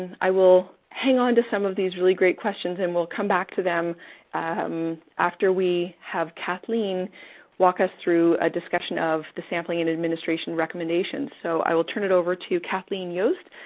i will hang on to some of these really great questions. and we'll come back to them after we have kathleen walk us through a discussion of the sampling and administration recommendations. so, i will turn it over to kathleen yost,